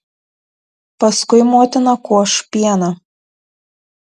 paskui motina koš pieną